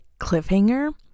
cliffhanger